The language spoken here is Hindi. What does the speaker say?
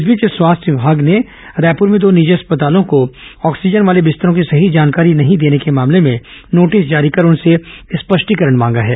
इस बीच स्वास्थ्य विमाग ने रायपुर में दो निजी अस्पतालों को ऑक्सीजन वाले बिस्तरों की सही जानकारी नहीं देने के मामले में नोटिस जारी कर उनसे स्पष्टीकरण मांगा है